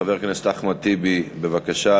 חבר הכנסת אחמד טיבי, בבקשה.